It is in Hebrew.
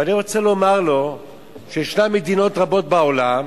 ואני רוצה לומר לו שיש מדינות רבות בעולם